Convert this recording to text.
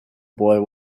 boy